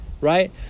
Right